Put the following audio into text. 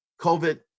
COVID